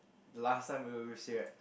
the last time we were with